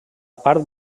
part